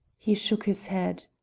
he shook his head.